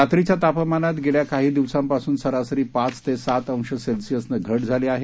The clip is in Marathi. रात्रीच्या तापमानात गेल्या काही दिवसांपासून सरासरी पाच ते सात अंश सेल्सिअसनं घट झाली आहे